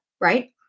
right